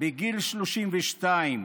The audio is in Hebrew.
בגיל 32,